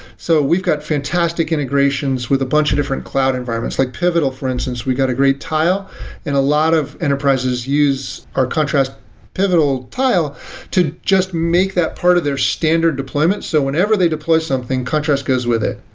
so we've got fantastic integrations with a bunch of different cloud environments. like pivotal for instance, we got a great tile and a lot of enterprises use our contrast pivotal tile to just make that part of their standard deployment. so whenever they deploy something, contrast goes with it.